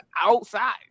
outside